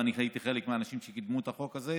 ואני הייתי אחד מהאנשים שקידמו את החוק הזה,